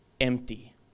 empty